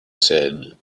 said